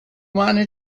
wanna